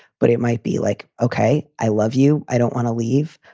but it might be like, ok, i love you. i don't want to leave.